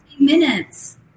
Minutes